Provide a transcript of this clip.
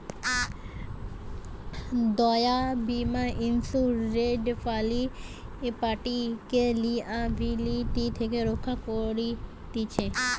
দায় বীমা ইন্সুরেড পার্টিকে লিয়াবিলিটি থেকে রক্ষা করতিছে